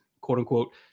quote-unquote